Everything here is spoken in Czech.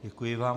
Děkuji vám.